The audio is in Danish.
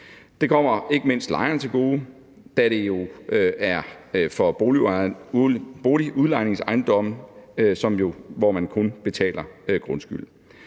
Det kommer ikke mindst lejerne til gode, da det jo kun er for boligudlejningsejendomme, hvor man kun betaler grundskyld.